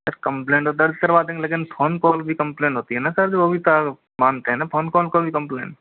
complaint तो दर्ज करवा देंगे लेकिन फोन कॉल भी कम्पलेन होती है न सर जो अभी मानते है न फोन कॉल को भी कम्प्लेंट